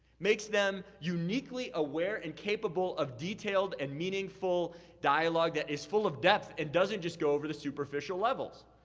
makes them uniquely aware and capable of detailed and meaningful dialogue that is full of depth and doesn't just go over the superficial levels.